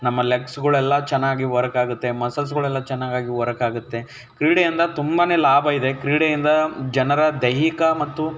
ನಮ್ಮ ಲೆಗ್ಸುಗಳೆಲ್ಲ ಚೆನ್ನಾಗಿ ವರ್ಕ್ ಆಗುತ್ತೆ ಮಸಲ್ಸುಗಳೆಲ್ಲ ಚೆನ್ನಾಗಾಗಿ ವರ್ಕ್ ಆಗುತ್ತೆ ಕ್ರೀಡೆಯಿಂದ ತುಂಬಾ ಲಾಭ ಇದೆ ಕ್ರೀಡೆಯಿಂದ ಜನರ ದೈಹಿಕ ಮತ್ತು